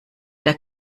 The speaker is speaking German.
der